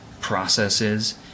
processes